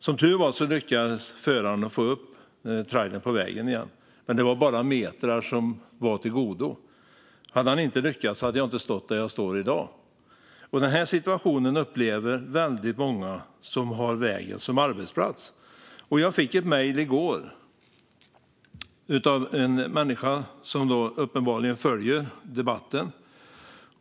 Som tur var lyckades föraren få upp trailern på vägen igen, men det var bara metrar till godo. Hade han inte lyckats hade jag inte stått där jag står i dag. Denna situation upplever väldigt många som har vägen som arbetsplats. Jag fick ett mejl i går av en människa som uppenbarligen följer debatten.